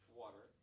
water